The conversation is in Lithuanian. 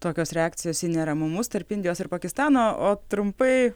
tokios reakcijos į neramumus tarp indijos ir pakistano o trumpai